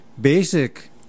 basic